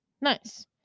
Nice